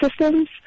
systems